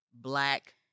black